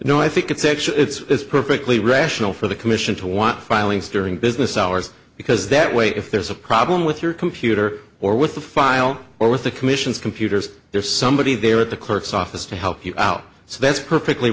result no i think it's actually it's perfectly rational for the commission to want filings during business hours because that way if there's a problem with your computer or with the file or with the commission's computers there's somebody there at the clerk's office to help you out so that's perfectly